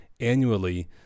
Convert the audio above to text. annually